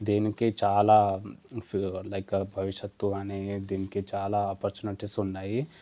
దీనికి చాలా if like భవిష్యత్తు అని దీనికి చాలా ఆపర్చ్యునిటీస్ ఉన్నాయి